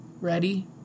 Ready